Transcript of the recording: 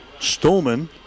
Stolman